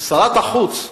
ששרת החוץ לשעבר,